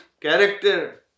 character